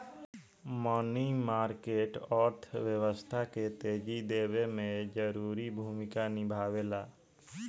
मनी market अर्थव्यवस्था के तेजी देवे में जरूरी भूमिका निभावेला